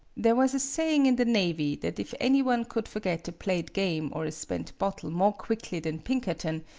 there was a saying in the navy that if any one could forget a played game or a spent bottle more quickly than pinkerton,